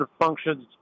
functions